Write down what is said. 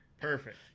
perfect